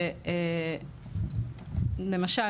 ולמשל,